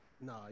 no